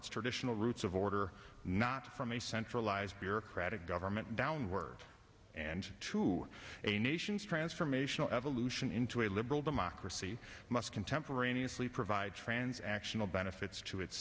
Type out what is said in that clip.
its traditional roots of order not from a centralized bureaucratic government downwards and to a nation's transformational evolution into a liberal democracy must contemporaneously provide transactional benefits to its